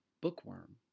bookworm